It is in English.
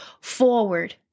forward